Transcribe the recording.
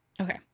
Okay